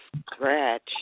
scratch